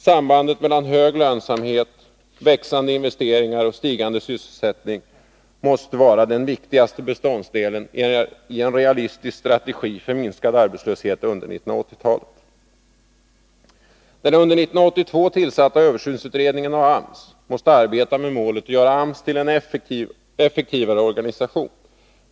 Sambandet mellan hög lönsamhet, växande investeringar och stigande sysselsättning måste vara den viktigaste beståndsdelen i en realistisk strategi för minskad arbetslöshet under 1980-talet. Den under 1982 tillsatta översynsutredningen måste arbeta med målet att göra AMS till en effektivare organisation.